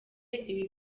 ibi